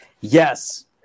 Yes